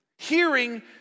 Hearing